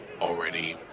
already